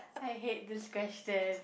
I hate this question